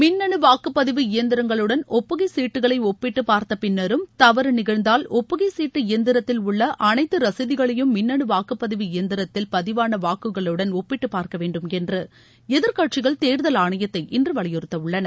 மின்னனு வாக்குப்பதிவு இயந்திரங்களுடன் ஒப்புகை சீட்டுகளை ஒப்பிட்டுப் பார்த்தபின்னரும் தவறு நிகழ்ந்தால் ஒப்புகைசீட்டு இயந்திரத்தில் உள்ள அனைத்து ரசீதுகளையும் மின்னனு வாக்குப்பதிவு இயந்திரத்தில் பதிவான வாக்குகளுடன் ஒப்பிட்டுப்பார்க்க வேண்டும் என்று எதிர்க்கட்சிகள் தேர்தல் ஆணையத்தை இன்று வலியுறுத்த உள்ளன